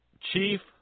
Chief